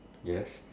yes